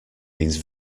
means